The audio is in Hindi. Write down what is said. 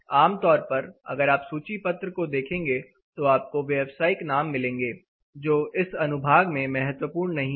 आमतौर पर अगर आप सुचीपत्र को देखेंगे तो आपको व्यावसायिक नाम मिलेंगे जो इस अनुभाग में महत्वपूर्ण नहीं है